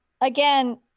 again